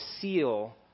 seal